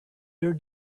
your